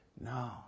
No